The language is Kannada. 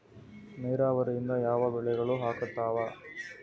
ನಿರಾವರಿಯಿಂದ ಯಾವ ಬೆಳೆಗಳು ಹಾಳಾತ್ತಾವ?